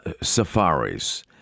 safaris